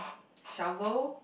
shovel